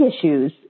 issues